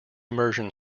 immersion